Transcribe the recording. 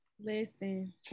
Listen